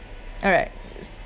alright